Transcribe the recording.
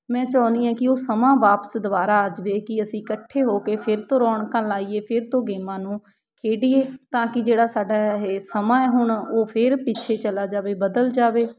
ਮੈਂ ਚਾਹੁੰਦੀ ਹਾਂ ਕਿ ਉਹ ਸਮਾਂ ਵਾਪਸ ਦੁਬਾਰਾ ਆ ਜਾਵੇ ਕਿ ਅਸੀਂ ਇਕੱਠੇ ਹੋ ਕੇ ਫਿਰ ਤੋਂ ਰੌਣਕਾਂ ਲਾਈਏ ਫਿਰ ਤੋਂ ਗੇਮਾਂ ਨੂੰ ਖੇਡੀਏ ਤਾਂ ਕਿ ਜਿਹੜਾ ਸਾਡਾ ਇਹ ਸਮਾਂ ਹੈ ਹੁਣ ਉਹ ਫਿਰ ਪਿੱਛੇ ਚਲਾ ਜਾਵੇ ਬਦਲ ਜਾਵੇ